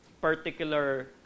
particular